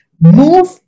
move